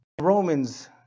Romans